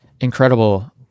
incredible